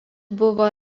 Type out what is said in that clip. buvo